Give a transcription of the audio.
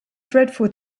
dreadful